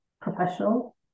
professional